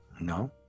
No